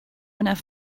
enough